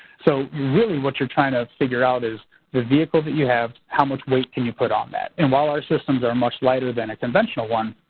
so really what you're trying to figure out is the vehicle that you have, how much weight can you put on that. and while our systems are much lighter than a conventional one,